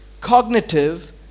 cognitive